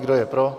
Kdo je pro?